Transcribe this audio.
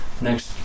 Next